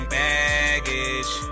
baggage